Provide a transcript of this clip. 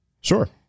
Sure